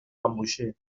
embauché